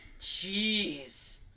Jeez